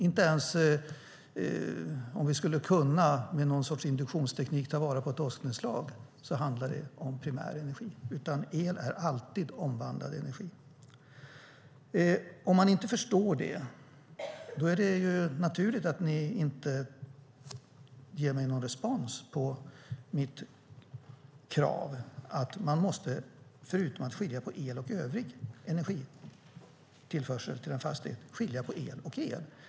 Inte ens om vi med någon sorts induktionsteknik skulle kunna ta vara på ett åsknedslag handlar det om primär energi. El är alltid omvandlad energi. Om ni inte förstår det är det naturligt att ni inte ger mig någon respons på mitt krav att man förutom att man måste skilja på el och övrig energitillförsel till en fastighet också måste skilja på el och el.